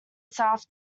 south